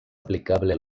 aplicable